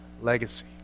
legacy